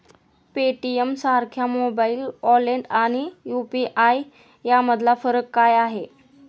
पेटीएमसारख्या mobile wallet आणि UPI यामधला फरक काय आहे?